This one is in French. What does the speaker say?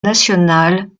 national